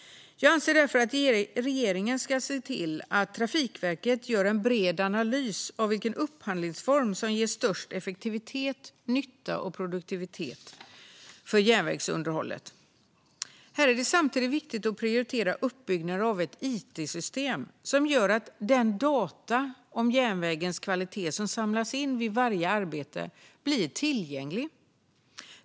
Jag anser därför att regeringen ska se till att Trafikverket gör en bred analys av vilken upphandlingsform som ger störst effektivitet, nytta och produktivitet för järnvägsunderhållet. Här är det samtidigt viktigt att prioritera uppbyggnaden av ett it-system som gör att de data om järnvägens kvalitet som samlas in vid varje arbete blir tillgängliga.